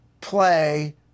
play